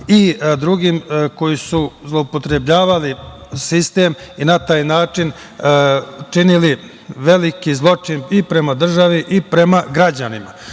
i drugim koji su zloupotrebljavali sistem i na taj način činili veliki zločin prema državi i prema građanima. Ono